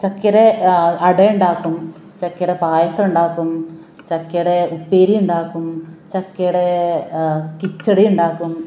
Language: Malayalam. ചക്കയുടെ അട ഉണ്ടാക്കും ചക്കയുടെ പായസം ഉണ്ടാക്കും ചക്കയുടെ ഉപ്പേരി ഉണ്ടാക്കും ചക്കയുടെ കിച്ചടി ഉണ്ടാക്കും